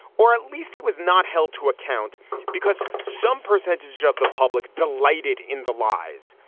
or at least he was not held to account because some percentage of the public delighted in the lies,